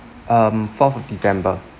um fourth of december